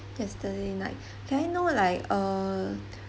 yesterday night can I know like err